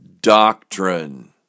DOCTRINE